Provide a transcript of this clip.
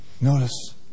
Notice